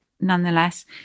nonetheless